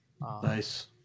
Nice